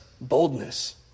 boldness